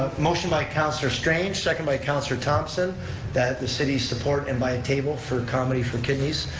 motion by councilor strange, second by councilor thomson that the city support and buy a table for komedy for kidneys.